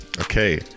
Okay